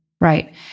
right